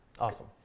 Awesome